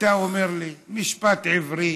ואתה אומר לי "משפט עברי",